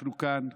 אנחנו כאן,